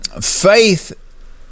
faith